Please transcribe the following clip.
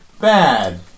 bad